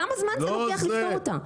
כמה זמן זה לוקח לפתור אותה?